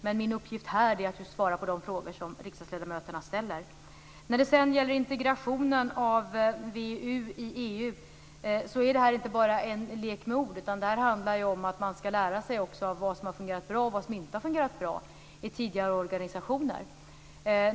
Men min uppgift här är att svara på de frågor som riksdagsledamöterna ställer. När det gäller integrationen av VEU i EU är det inte bara en lek med ord, utan det handlar om att man skall lära sig av vad som har fungerat bra och vad som inte har fungerat bra i tidigare organisationer.